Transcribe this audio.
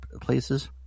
places